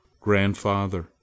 Grandfather